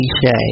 cliche